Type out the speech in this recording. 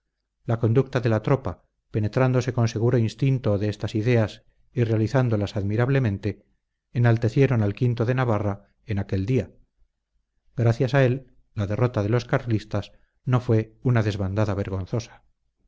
la conducta de la tropa penetrándose con seguro instinto de estas ideas y realizándolas admirablemente enaltecieron al o de navarra en aquel día gracias a él la derrota de los carlistas no fue una desbandada vergonzosa